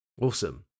Awesome